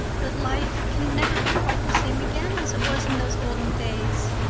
that life can never be quite the same again as it was in those olden days,